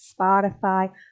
Spotify